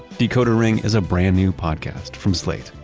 decoder ring is a brand new podcast from slate.